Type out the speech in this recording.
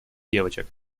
девочек